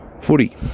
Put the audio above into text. footy